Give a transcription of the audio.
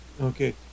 Okay